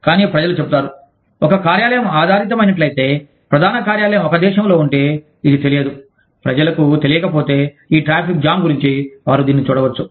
కానీ ప్రజలు చెబుతారు ఒక కార్యాలయం ఆధారితమైనట్లయితే ప్రధాన కార్యాలయం ఒక దేశంలో ఉంటే ఇది తెలియదు లేదా ప్రజలకు తెలియకపోతే ఈ ట్రాఫిక్ జామ్ గురించి వారు దీనిని చూడవచ్చు